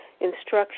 instruction